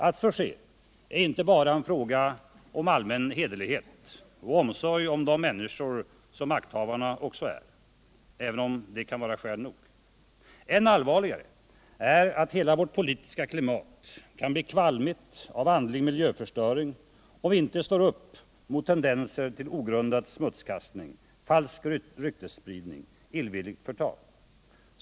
Att så sker är inte bara en fråga om allmän hederlighet och omsorg om de människor som makthavarna också är, även om det kan vara skäl nog. Än allvarligare är att hela vårt politiska klimat kan bli kvalmigt av andlig miljöförstöring om vi inte står upp mot tendenser till ogrundad smutskastning, falsk ryktesspridning, illvilligt förtal.